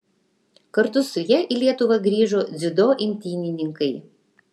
kartu su ja į lietuvą grįžo dziudo imtynininkai